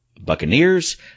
Buccaneers